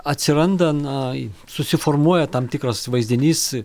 atsiranda na susiformuoja tam tikras vaizdinys